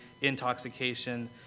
intoxication